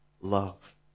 love